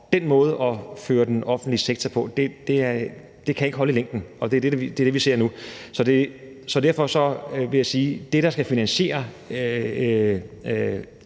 den måde at føre den offentlige sektor på kan ikke holde i længden, og det er det, vi ser nu. Så derfor vil jeg sige, at det, der skal finansiere